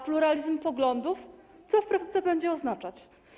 A pluralizm poglądów co w praktyce będzie oznaczać?